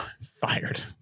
Fired